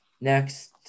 next